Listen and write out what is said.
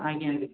ଆଜ୍ଞା